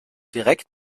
direkt